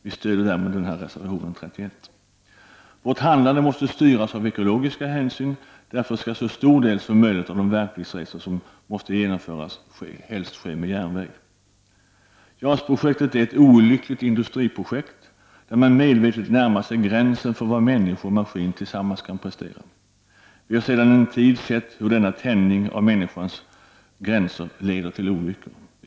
Vi stödjer därmed reservation 31. Vårt handlande måste styras av ekologiska hänsyn. Därför skall så stor del som möjligt av värnpliktsresorna ske med järnväg. JAS-projektet är ett olyckligt industriprojekt, där man medvetet närmar sig gränsen för vad människor och maskiner tillsammans kan prestera. Vi har sedan en tid sett hur denna tänjning av människans gränser leder till olyckor.